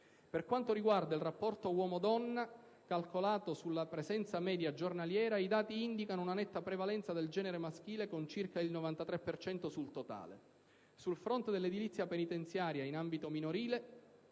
Per quanto riguarda il rapporto uomo-donna, calcolato sulla presenza media giornaliera, i dati indicano una netta prevalenza del genere maschile, con circa il 93 per cento sul totale. Sul fronte dell'edilizia penitenziaria in ambito minorile,